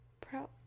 proud